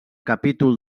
capítol